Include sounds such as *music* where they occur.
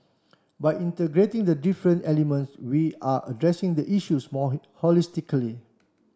by integrating the different elements we are addressing the issues more *unintelligible* holistically